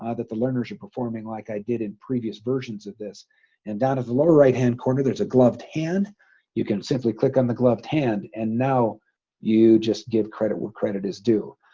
ah that the learners are performing like i did in previous versions of this and down at the lower right hand corner there's a gloved hand you can simply click on the gloved hand and now you just give credit where credit is due?